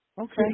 Okay